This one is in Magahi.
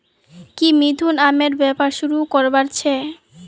की मिथुन आमेर व्यापार शुरू करवार छेक